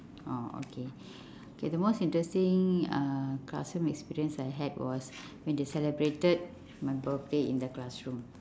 orh okay the most interesting uh classroom experience I had was when they celebrated my birthday in the classroom